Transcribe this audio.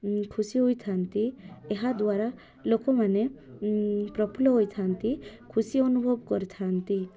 ଖୁସି ହୋଇଥାନ୍ତି ଏହାଦ୍ୱାରା ଲୋକମାନେ ପ୍ରଫୁଲ୍ଲ ହୋଇଥାନ୍ତି ଖୁସି ଅନୁଭବ କରିଥାନ୍ତି